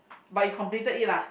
but you completed it lah